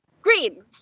green